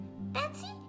Betsy